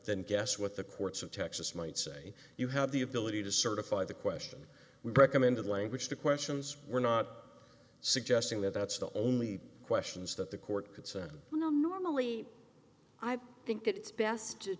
than guess what the courts of texas might say you have the ability to certify the question we've recommended language to questions we're not suggesting that that's the only questions that the court could say you know normally i think it's best to